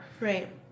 Right